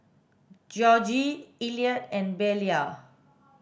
Georgie Elliott and Belia